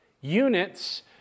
units